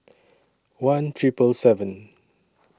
one Triple seven